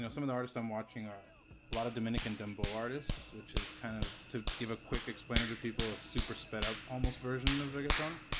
some of the artists i'm watching are a lot of dominican dembo artists, which is kind of to give a quick explainer to people as super sped up almost version newdegate done.